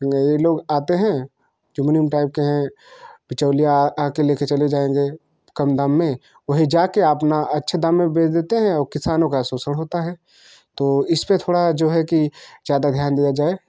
यह लोग आते हैं जो मुनीम टाइप के हैं बिचौलिया आकर लेकर चले जाएँगे कम दाम में वहीं जाकर अपना अच्छे दाम में बेच देते हैं और किसानों का शोषण होता है तो इस पर थोड़ा जो है कि ज़्यादा ध्यान दिया जाए